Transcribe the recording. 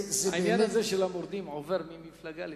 העניין הזה של המורדים עובר ממפלגה למפלגה,